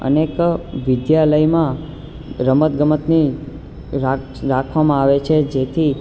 અનેક વિદ્યાલયમાં રમત ગમતની રાખવામાં આવે છે જેથી